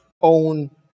own